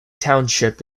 township